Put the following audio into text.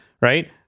right